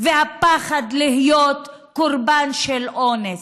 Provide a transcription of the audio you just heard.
ומהפחד להיות קורבן של אונס,